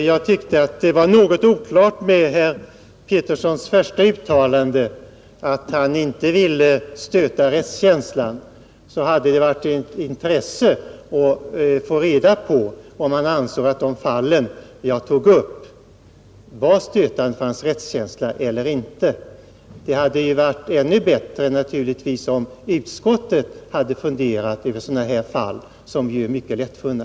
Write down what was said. Herr talman! Eftersom jag tyckte att herr Petterssons i Visby första uttalande om att han inte ville att rättskänslan skulle stötas var något oklart hade det varit av intresse att få reda på om de fall som jag tog upp var stötande för hans rättskänsla eller inte. Det hade naturligtvis varit ännu bättre om utskottet hade funderat över sådana här fall, som ju är mycket lättfunna.